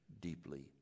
deeply